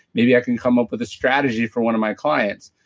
maybe i can come up with a strategy for one of my clients.